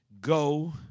Go